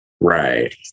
Right